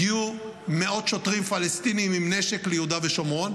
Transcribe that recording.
הגיעו מאות שוטרים פלסטינים עם נשק ליהודה ושומרון,